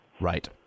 Right